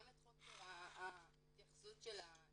גם את חוסר ההתייחסות של הממסד